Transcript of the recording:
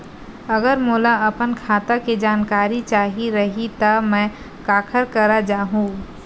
अगर मोला अपन खाता के जानकारी चाही रहि त मैं काखर करा जाहु?